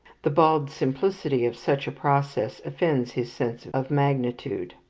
the bald simplicity of such a process offends his sense of magnitude.